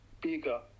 bigger